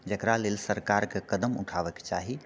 जेकरा लेल सरकारके कदम उठाबके चाही